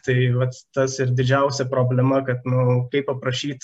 tai vat tas ir didžiausia problema kad nu kaip aprašyt